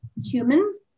humans